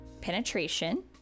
penetration